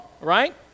right